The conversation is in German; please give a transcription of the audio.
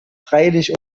freilich